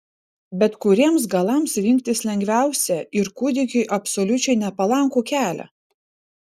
bet kuriems galams rinktis lengviausia ir kūdikiui absoliučiai nepalankų kelią